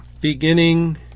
beginning